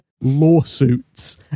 Lawsuits